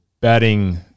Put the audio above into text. batting